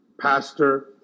pastor